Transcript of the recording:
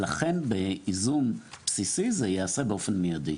ולכן, בייזום בסיסי זה ייעשה באופן מידי.